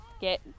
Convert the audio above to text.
get